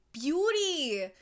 beauty